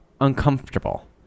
uncomfortable